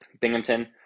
Binghamton